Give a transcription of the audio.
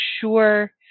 sure